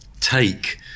take